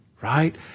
right